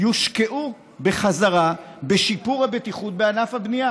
יושקעו בחזרה בשיפור הבטיחות בענף הבנייה